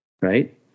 right